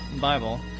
Bible